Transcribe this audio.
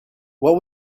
what